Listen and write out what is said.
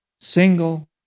single